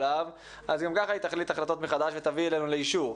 אז גם כך היא תחליט החלטות מחדש ותביא אלינו לאישור.